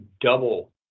double